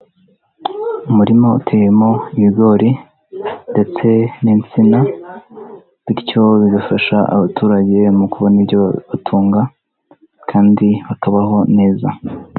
Umurima uteyemo ibigori, ndetse n'insina, bityo bigafasha abaturage mu kubona ibyo batunga, kandi bakabaho neza.